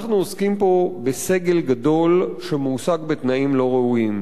אנחנו עוסקים פה בסגל גדול שמועסק בתנאים לא ראויים,